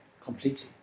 completely